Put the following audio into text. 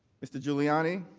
mr. giuliani